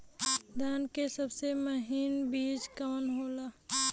धान के सबसे महीन बिज कवन होला?